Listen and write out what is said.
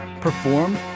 performed